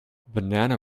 banana